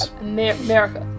America